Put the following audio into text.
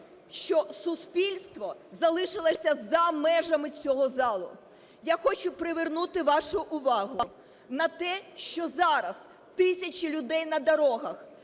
що суспільство залишилося за межами цього залу. Я хочу привернути вашу увагу на те, що зараз тисячі людей на дорогах,